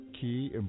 key